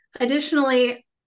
Additionally